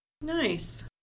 Nice